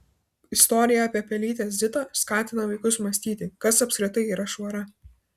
istorija apie pelytę zitą skatina vaikus mąstyti kas apskritai yra švara